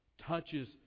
touches